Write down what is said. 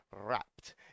wrapped